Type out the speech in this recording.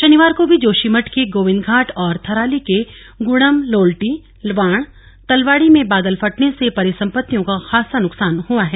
शनिवार को भी जोशीमठ के गोविन्दघाट और थराली के गुड़म लोल्टी वाण तलवाड़ी में बादल फटर्ने से परिसंपत्तियों को खासा नुकसान हुआ है